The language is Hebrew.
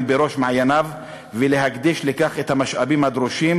בראש מעייניו ולהקדיש לכך את המשאבים הדרושים,